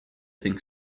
think